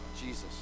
Jesus